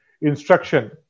instruction